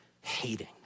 hating